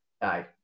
Aye